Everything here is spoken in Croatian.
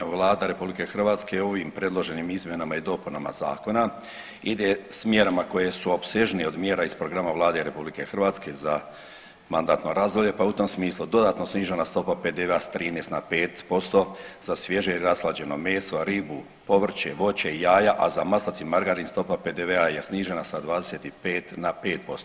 Vlada RH u ovim predloženim izmjenama i dopunama zakona ide s mjerama koje su opsežnije od mjera iz programa Vlade RH za mandatno razdoblje pa u tom smislu dodatno snižena stopa PDV-a s 13 na 5% za svježe i rashlađeno meso, ribu, povrće, voće i jaja, a za maslac i margarin stopa PDV-a je snižena sa 25 na 5%